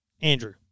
Andrew